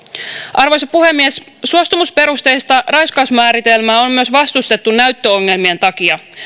arvoisa puhemies suostumusperusteista raiskausmääritelmää on vastustettu myös näyttöongelmien takia